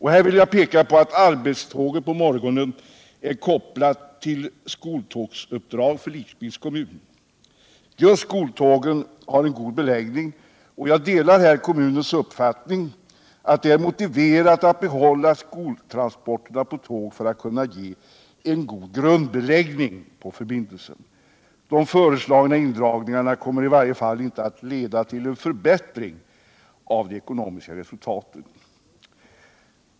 Här vill jag peka på att arbetståget på morgonen samkörs med skoltransporter som sker på uppdrag av Lidköpings kommun. Just skoltågen har en god beläggning, och jag delar därför kommunens uppfattning att det är motiverat att behålla skoltransporterna på tåg för att kunna ge en god grundbeläggning på förbindelsen. De föreslagna indragningarna kommer i varje fall inte att leda till en förbättring av det ekonomiska resultatet.